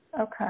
Okay